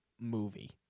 movie